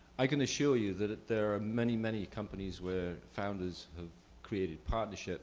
i can assure you that there are many, many companies where founders have created partnerships